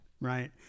Right